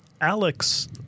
Alex